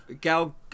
Gal